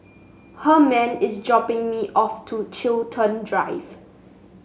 Herman is dropping me off to Chiltern Drive